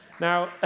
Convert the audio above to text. Now